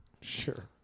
Sure